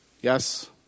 Yes